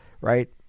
Right